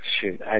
shoot